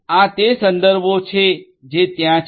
આ તે સંદર્ભો છે જે ત્યાં છે